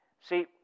See